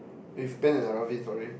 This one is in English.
with Ben and Aravin sorry